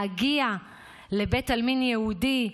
להגיע לבית עלמין יהודי,